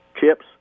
chips